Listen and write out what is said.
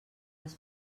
les